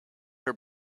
her